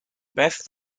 beth